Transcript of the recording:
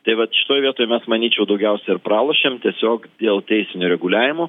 tai vat šitoj vietoj mes manyčiau daugiausia ir pralošėm tiesiog dėl teisinio reguliavimo